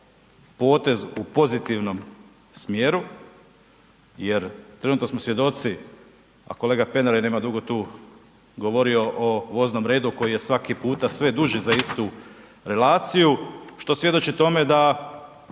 potez u pozitivnom smjeru jer trenutno smo svjedoci, a kolega Pernar je nema dugo tu govorio o voznom redu koji je svaki puta sve duži za istu relaciju što svjedoči tome da